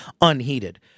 unheeded